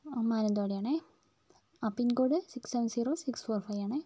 ആ മാനന്തവാടിയാണേ ആ pincode six seven zero six four five ആണേ